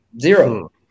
Zero